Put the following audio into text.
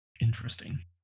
interesting